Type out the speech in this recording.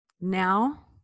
now